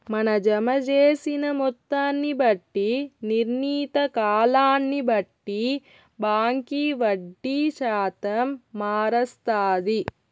మన జమ జేసిన మొత్తాన్ని బట్టి, నిర్ణీత కాలాన్ని బట్టి బాంకీ వడ్డీ శాతం మారస్తాది